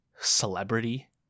celebrity